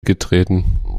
getreten